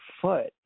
foot